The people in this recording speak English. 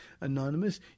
Anonymous